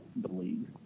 believe